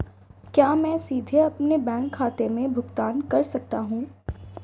क्या मैं सीधे अपने बैंक खाते से भुगतान कर सकता हूं?